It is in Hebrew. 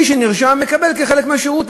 מי שנרשם מקבל כחלק מהשירות,